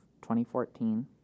2014